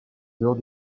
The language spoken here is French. dehors